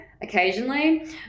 occasionally